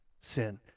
sin